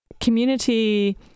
community